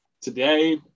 today